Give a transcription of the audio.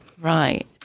Right